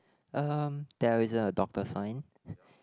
um there is a doctor sign